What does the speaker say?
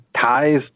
ties